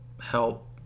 help